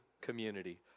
community